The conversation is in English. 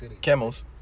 Camels